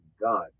God